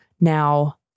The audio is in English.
now